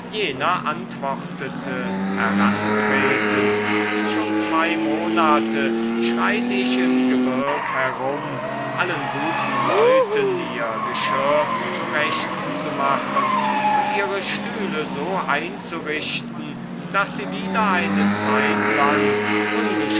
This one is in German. antwortete herantretend schon zwei monate schreit ich im gebirg herum allen guten leuten ihr geschirr zurechtzumachen und ihre stühle so einzurichten daß sie wieder eine zeitlang